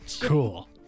Cool